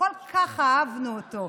כל כך אהבנו אותו,